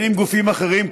הן עם גופים אחרים,